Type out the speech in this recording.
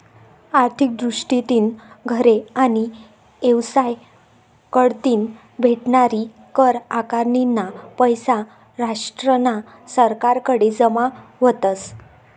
आर्थिक दृष्टीतीन घरे आणि येवसाय कढतीन भेटनारी कर आकारनीना पैसा राष्ट्रना सरकारकडे जमा व्हतस